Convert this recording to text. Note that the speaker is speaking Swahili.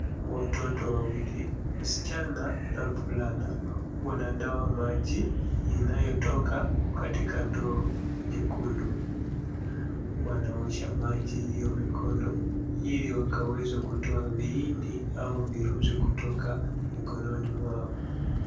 Watoto wawili msichana na mvulana wnanawa maji inayotoka katika ndoo nyekundu. wanaosha maji hiyo mikono ili wakaweze kutoa viini au virusi kutoka mikononi mwao.